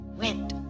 went